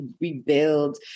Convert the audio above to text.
rebuild